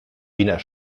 wiener